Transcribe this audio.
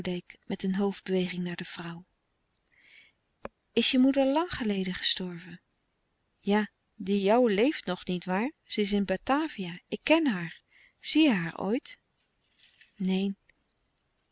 met een hoofdbeweging naar de vrouw is je moeder lang geleden gestorven ja de jouwe leeft nog niet waar ze is in batavia ik ken haar zie je haar ooit neen